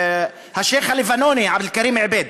השיח' הלבנוני עבד אל-כרים עובייד.